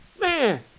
man